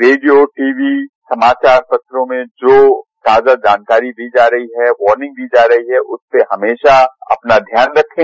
radio TV समाचार पत्रों में जो ताजा जानकारी दी जा रही है वार्निंग दी जा रही है उस पर हमेशा अपना ध्यान रखें